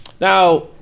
Now